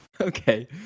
Okay